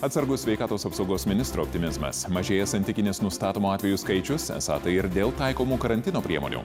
atsargus sveikatos apsaugos ministro optimizmas mažėja santikinis nustatomų atvejų skaičius esą tai ir dėl taikomų karantino priemonių